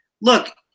Look